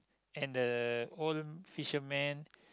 and the old fisherman